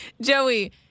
Joey